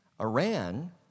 Iran